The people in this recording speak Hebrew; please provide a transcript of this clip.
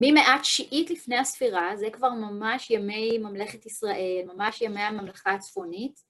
ממאה תשיעית לפני הספירה, זה כבר ממש ימי ממלכת ישראל, ממש ימי הממלכה הצפונית.